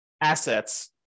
assets